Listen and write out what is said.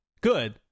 Good